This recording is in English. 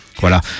voilà